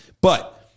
But-